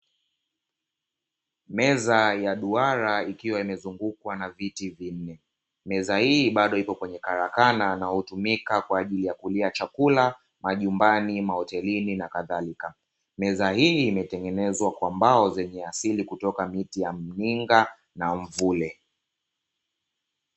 Meza ya duara ikiwa imezungukwa na viti vingi, meza hii bado ipo kwenye karakana inayotumika kwa ajili ya kulia chakula majumbani, mahotelini na kadhalika. Meza hii imetengenezwa kwa mbao zenye asili kutoka kwenye miti ya asili ya mininga na mivule.